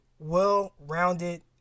Well-rounded